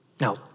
Now